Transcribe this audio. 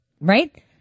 right